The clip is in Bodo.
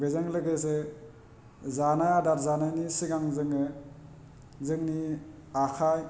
बेजों लोगोसे जानाय आदार जानायनि सिगां जोङो जोंनि आखाय